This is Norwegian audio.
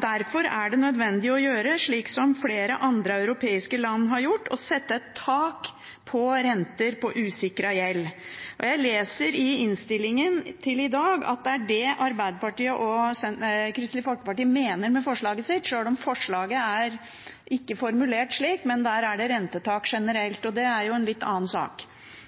Derfor er det nødvendig å gjøre det som flere andre europeiske land har gjort: sette et tak på renter for usikret gjeld. Jeg leser i innstillingen at det er det Arbeiderpartiet og Kristelig Folkeparti mener med forslaget sitt, sjøl om forslaget ikke er formulert slik – det gjelder rentetak generelt, og det er jo en litt annen sak.